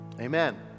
Amen